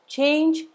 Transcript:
Change